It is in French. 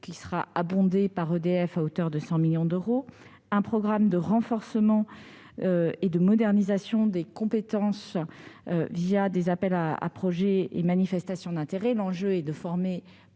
qu'EDF va abonder à hauteur de 100 millions d'euros, et un programme de renforcement et de modernisation des compétences des appels à projet et des manifestations d'intérêt. L'enjeu est de former